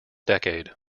decade